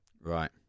Right